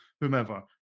whomever